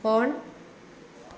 on